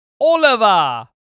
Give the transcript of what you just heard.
Oliver